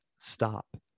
stop